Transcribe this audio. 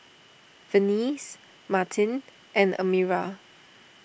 Venice Martin and Amira